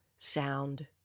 sound